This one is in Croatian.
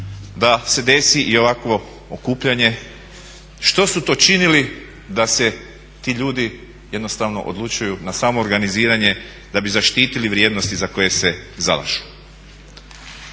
da se desi i ovakvo okupljanje. Što su to činili da se ti ljudi jednostavno odlučuju na samoorganiziranje da bi zaštitili vrijednosti za koje se zalažu.